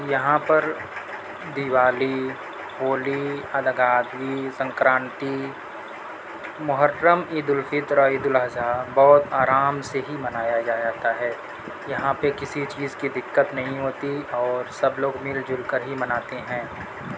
یہاں پر دِیوالی ہولی الگادی سنکرانتی محرم عیدالفطر اور عیدالاضحیٰ بہت آرام سے ہی منایا جاتا ہے یہاں پہ کسی چیز کی دقت نہیں ہوتی اور سب لوگ مِل جُل کر ہی مناتے ہیں